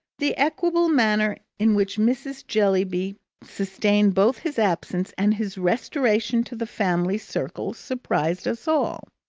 the equable manner in which mrs. jellyby sustained both his absence and his restoration to the family circle surprised us all.